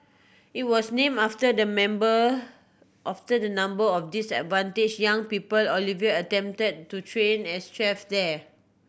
it was name after the member after the number of disadvantage young people Oliver attempted to train as chefs there